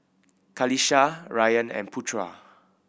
Qalisha Ryan and Putra